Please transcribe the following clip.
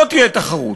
לא תהיה תחרות.